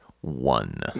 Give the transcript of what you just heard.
one